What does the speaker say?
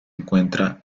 encuentra